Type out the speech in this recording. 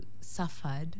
suffered